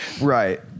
Right